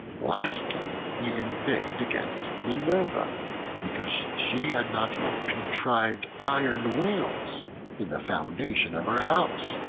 lastly, he inveighed against minerva because she had not contrived iron wheels in the foundation of her house,